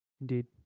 Indeed